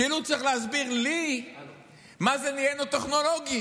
כאילו הוא צריך להסביר לי מה זה "נהיינו טכנולוגיים".